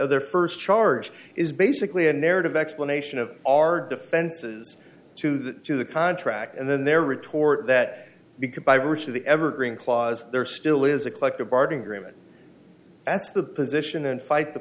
of their first charge is basically a narrative explanation of our defenses to the to the contract and then their retort that because by breach of the evergreen clause there still is a collective bargaining agreement that's the position and fight the